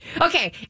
Okay